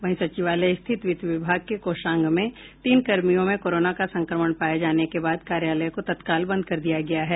वहीं सचिवालय स्थित वित्त विभाग के कोषांग में तीन कर्मियों में कोरोना का संक्रमण पाये जाने के बाद कार्यालय को तत्काल बंद कर दिया गया है